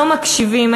לא מקשיבים,